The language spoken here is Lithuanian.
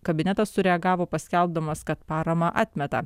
kabinetas sureagavo paskelbdamas kad paramą atmeta